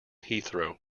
heathrow